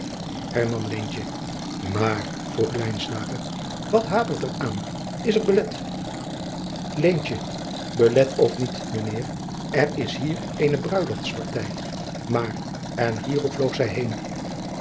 aar vroeg wat hapert er aan is er belet elet of niet mijn eer r is hier eene ruiloftspartij maar en hierop vloog zij